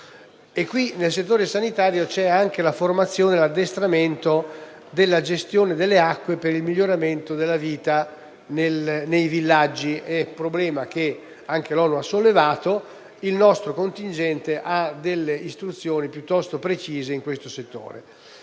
nel settore sanitario, inclusi la formazione e l'addestramento, e in quello della gestione delle acque per il miglioramento della vita nei villaggi. È un problema che anche l'ONU ha sollevato, e il nostro contingente ha delle istruzioni piuttosto precise al riguardo.